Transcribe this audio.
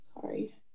sorry